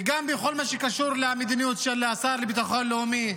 וגם מכל מה שקשור למדיניות של השר לביטחון לאומי,